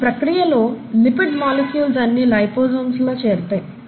ఈ ప్రక్రియలో lipid molecules అన్నీ లైపోసామ్స్ లా చేరుతాయి